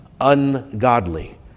ungodly